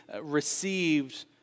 received